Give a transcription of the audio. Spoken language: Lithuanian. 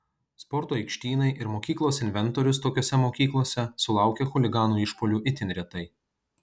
sporto aikštynai ir mokyklos inventorius tokiose mokyklose sulaukia chuliganų išpuolių itin retai